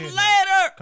later